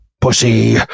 pussy